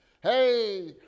hey